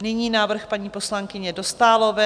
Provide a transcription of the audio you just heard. Nyní návrh paní poslankyně Dostálové.